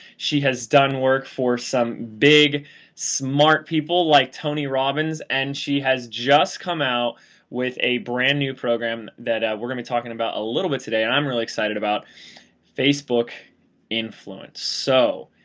she has done work for some big smart people like tony robins and she has just come out with a brand new program that a, were gonna talking about a litle bit today, i'm really excited about facebook influence. so,